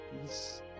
peace